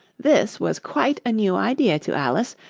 this was quite a new idea to alice,